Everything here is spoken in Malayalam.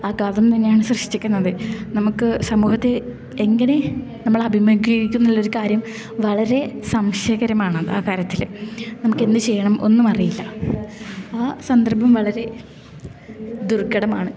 വാഗ്വാദം തന്നെയാണ് സൃഷ്ടിക്കുന്നത് നമുക്ക് സമൂഹത്തെ എങ്ങനെ നമ്മള് അഭിമുഖീകരിക്കുന്നുള്ളൊരു കാര്യം വളരെ സംശയകരമാണ് ആ കാര്യത്തില് നമുക്കെന്ത് ചെയ്യണം ഒന്നും അറിയില്ല ആ സന്ദർഭം വളരെ ദുർഘടമാണ്